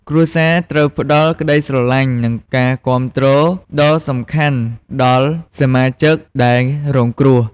គ្រួសារត្រូវផ្ដល់ក្ដីស្រឡាញ់និងការគាំទ្រ ដ៏សំខាន់ដល់សមាជិកដែលរងគ្រោះ។